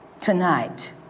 Tonight